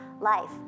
life